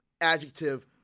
adjective